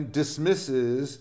dismisses